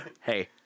Hey